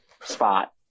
spot